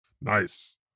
Nice